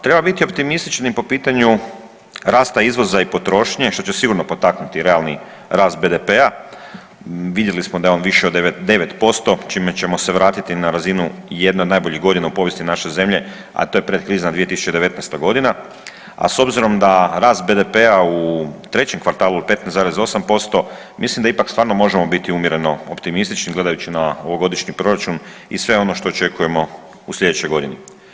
Treba biti optimistični po pitanju rasta izvoza i potrošnje, što će sigurno potaknuti realni rast BDP-a, vidjeli smo da je on više od 9%, čime ćemo se vratiti na razinu jedne od najboljih godine u povijesti naše zemlje, a to je pretkrizna 2019. godina, a s obzirom da je rast BDP-a u trećem kvartalu 15,8% mislim da ipak stvarno možemo biti umjereno optimistični, gledajući na ovogodišnji proračun i sve ono što očekujemo u sljedećoj godini.